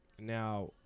now